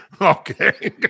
Okay